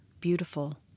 beautiful